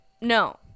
No